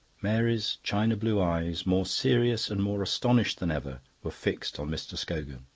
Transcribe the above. mary's china blue eyes, more serious and more astonished than ever, were fixed on mr. scogan.